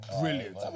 brilliant